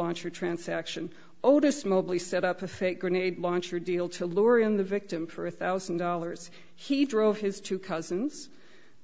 launcher transaction oldest mobley set up a fake grenade launcher deal to lure in the victim for a thousand dollars he drove his two cousins